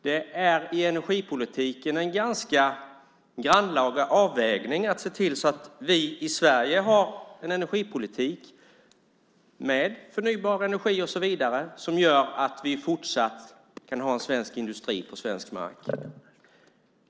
Det är i energipolitiken en ganska grannlaga avvägning att se till att vi i Sverige har en energipolitik med förnybar energi som gör att vi fortsatt kan ha en svensk industri på svensk mark.